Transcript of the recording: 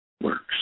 works